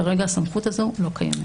כרגע הסמכות הזו לא קיימת.